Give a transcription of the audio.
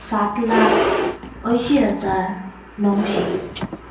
सात लाख अंयशीं हजार णवशीं